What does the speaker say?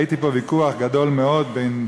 ראיתי פה ויכוח גדול מאוד בין